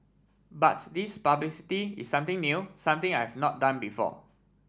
but this publicity is something new something I've not done before